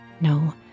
No